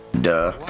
Duh